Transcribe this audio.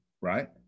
right